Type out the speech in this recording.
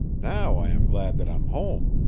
now i am glad that i'm home!